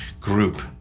group